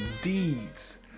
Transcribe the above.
deeds